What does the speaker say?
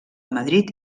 madrid